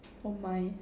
oh my